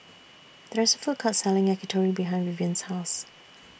There IS A Food Court Selling Yakitori behind Vivien's House